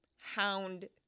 hound